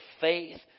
faith